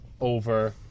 over